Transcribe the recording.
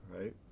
Right